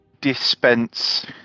dispense